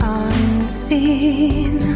unseen